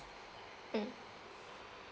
mm